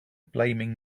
blaming